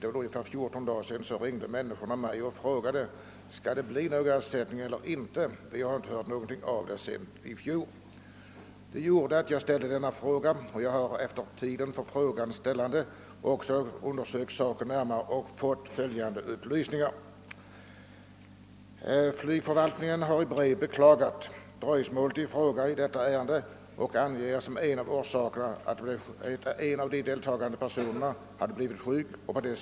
Men för ungefär 14 dagar sedan ringde ett par personer till mig och frågade: Skall det bli någon ersättning eller inte? De förklarade att de inte hört något om saken sedan i fjol. Det gjorde att jag ställde denna fråga, och jag har därefter även undersökt saken närmare och fått följande upplysningar. Flygförvaltningen har i brev beklagat dröjsmålet i detta ärende och som skäl angivit sjukdom.